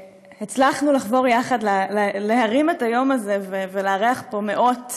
שהצלחנו לחבור יחד להרים את היום הזה ולארח פה מאות